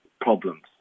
problems